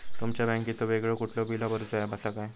तुमच्या बँकेचो वेगळो कुठलो बिला भरूचो ऍप असा काय?